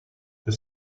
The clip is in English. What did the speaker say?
the